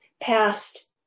past